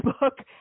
book